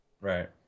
right